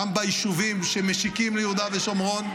גם ביישובים שמשיקים ליהודה ושומרון,